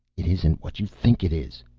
it isn't what you think it is,